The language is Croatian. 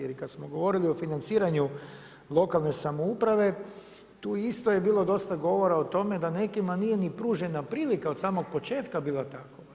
Jer i kada smo govorili o financiranju lokalne samouprave tu isto je bilo dosta govora o tome da nekima nije ni pružena prilika od samog početka bila takva.